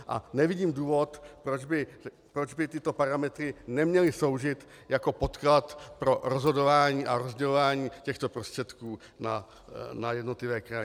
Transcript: A nevidím důvod, proč by tyto parametry neměly sloužit jako podklad pro rozhodování a rozdělování těchto prostředků na jednotlivé kraje.